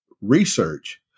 research